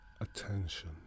attention